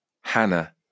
Hannah